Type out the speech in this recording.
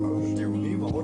רגע, אני רק רוצה לומר מילה.